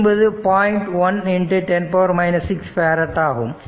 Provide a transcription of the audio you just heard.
1×10 6 farad ஆகும்